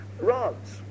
rods